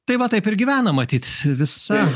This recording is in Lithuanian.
tai vat taip ir gyvenam matyt visa